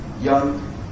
young